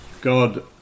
God